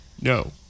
No